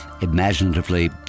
imaginatively